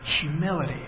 humility